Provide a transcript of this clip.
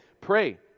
Pray